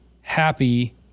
happy